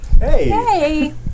Hey